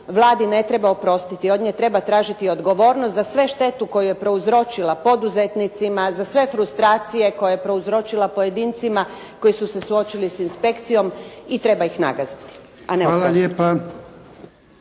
Vladi ne treba oprostiti, od nje treba tražiti odgovornost za svu štetu koju je prouzročila poduzetnicima, za sve frustracije koje je prouzročila pojedincima koji su se suočili s inspekcijom i treba ih nagaziti, a ne